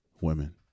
Women